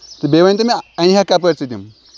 تہٕ بیٚیہِ ؤنۍتو مےٚ اَنہِ ہَکھ کَپٲرۍ ژٕ تِم